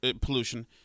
pollution